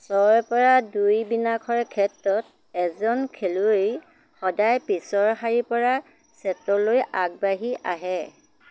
ছয়ৰপৰা দুই বিন্যাসৰ ক্ষেত্ৰত এজন খেলুৱৈ সদায় পিছৰ শাৰীৰপৰা ছেটলৈ আগবাঢ়ি আহে